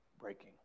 breaking